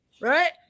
right